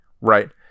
Right